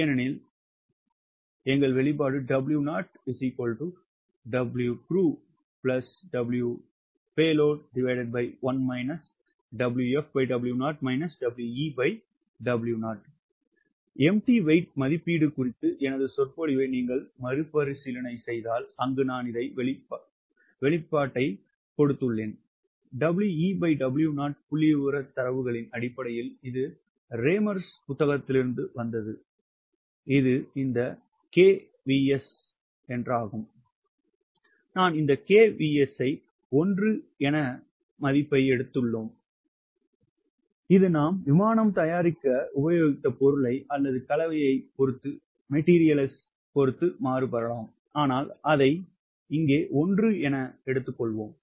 ஏனெனில் எங்கள் வெளிப்பாடு வெற்று எடை மதிப்பீடு குறித்த எனது சொற்பொழிவை நீங்கள் மறுபரிசீலனை செய்தால் அங்கு நாங்கள் வெளிப்பாட்டைக் கொடுத்துள்ளோம் 𝑊𝑒W0 புள்ளிவிவர தரவுகளின் அடிப்படையில் இது ரேமர்ஸ் புத்தகத்திலிருந்து வந்தது இது இந்த Kvs நிச்சயமாக இது 1 Kvs மதிப்பை எடுத்துள்ளோம் இது நாம் விமானம் தயாரிக்க உபாயயோகித்த பொருளை அல்லது கலவையை பொறுத்து மாறுபடலாம் ஆனால் அதை இங்கே 1 எடுத்துக்கொள்கிறோம்